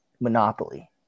Monopoly